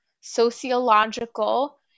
sociological